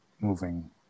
moving